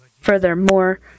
Furthermore